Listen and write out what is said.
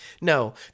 No